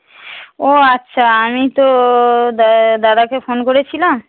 ও আচ্ছা আমি তো দাদাকে ফোন করেছিলাম